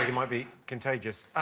might be contagious.